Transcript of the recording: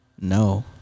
No